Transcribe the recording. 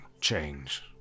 change